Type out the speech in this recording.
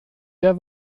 der